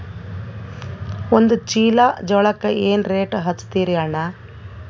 ಒಂದ ಚೀಲಾ ಜೋಳಕ್ಕ ಏನ ರೇಟ್ ಹಚ್ಚತೀರಿ ಅಣ್ಣಾ?